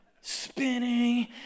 spinning